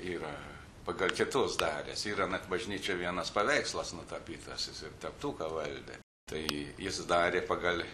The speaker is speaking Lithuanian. yra pagal kitos dalys yra net bažnyčioj vienas paveikslas nutapytas jis ir teptuką valdė tai jis darė pagal